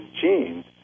genes